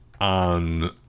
on